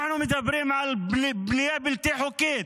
אנחנו מדברים על בנייה בלתי חוקית.